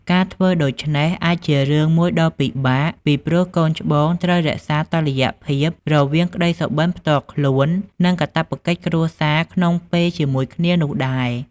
ការធ្វើដូច្នេះអាចជារឿងមួយដ៏ពិបាក ពីព្រោះកូនច្បងត្រូវរក្សាតុល្យភាពរវាងក្ដីសុបិនផ្ទាល់ខ្លួន និងកាតព្វកិច្ចគ្រួសារក្នុងពេលជាមួយគ្នានោះដែរ។